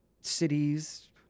cities